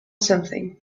something